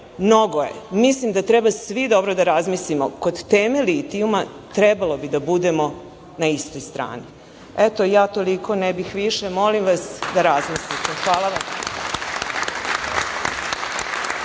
Mnogo je. Mislim da treba svi dobro da razmislimo i kod teme litijuma trebalo bi da budemo na istoj strani. Toliko, ne bih više. Molim vas da razmislite. Hvala.